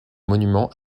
monument